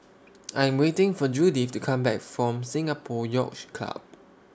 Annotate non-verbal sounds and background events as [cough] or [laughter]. [noise] I'm waiting For Judyth to Come Back from Singapore Yacht Club